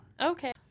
Okay